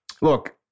look